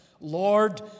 Lord